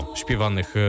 śpiewanych